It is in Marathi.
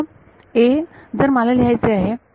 आता a जर मला लिहायचे आहे